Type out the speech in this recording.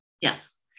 Yes